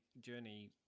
journey